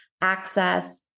access